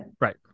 Right